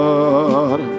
Lord